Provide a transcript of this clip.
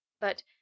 but—